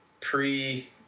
pre